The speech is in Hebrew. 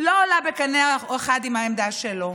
לא עולה בקנה אחד עם העמדה שלו.